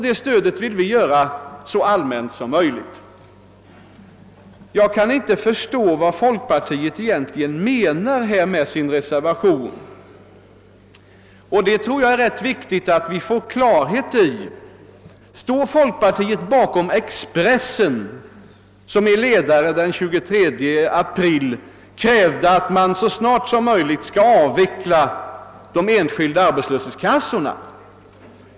Det stödet vill vi göra så allmänt som möjligt. Jag kan inte förstå vad folkpartiet menar med sin reservation. Det är rätt viktigt att vi får klarhet i detta. Står folkpartiet bakom Expressen, som i en ledare den 23 april krävde att man så snart som möjligt skall avveckla de enskilda arbetslöshetskassorna?